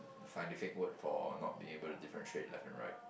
scientific word for not be able to differentiate left and right